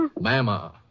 Mama